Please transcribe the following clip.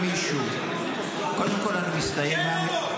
אם מישהו, קודם כול אני מסתייג --- כן או לא?